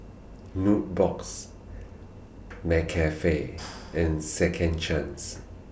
Nubox McCafe and Second Chance